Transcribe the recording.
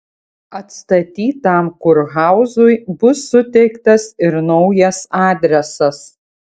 atstatytam kurhauzui bus suteiktas ir naujas adresas